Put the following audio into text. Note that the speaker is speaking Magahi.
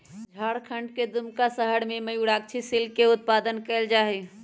झारखंड के दुमका शहर में मयूराक्षी सिल्क के उत्पादन कइल जाहई